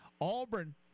Auburn